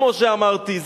כמו שאמרתי,